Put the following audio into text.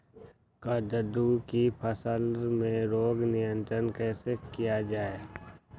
कददु की फसल में रोग नियंत्रण कैसे किया जाए?